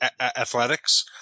athletics